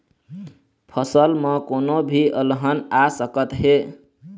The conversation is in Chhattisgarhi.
फसल म कोनो भी अलहन आ सकत हे